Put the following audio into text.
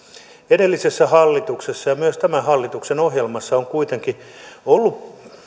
edellisessä hallituksessa ja myös tämän hallituksen ohjelmassa on kuitenkin ollut